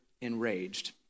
enraged